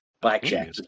Blackjack